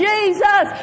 Jesus